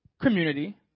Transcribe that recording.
community